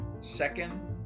Second